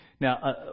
Now